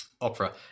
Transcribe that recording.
opera